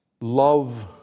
Love